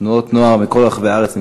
תנועות נוער מכל רחבי הארץ נמצאות.